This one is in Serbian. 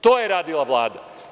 To je radila Vlada.